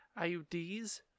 IUDs